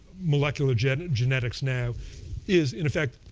molecular genetics genetics now is in effect